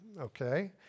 okay